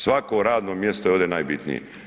Svako radno mjesto je ovdje najbitnije.